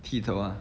剃头 ah